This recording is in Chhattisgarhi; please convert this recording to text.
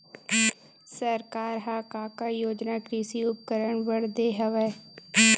सरकार ह का का योजना कृषि उपकरण बर दे हवय?